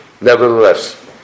Nevertheless